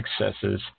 successes